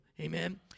Amen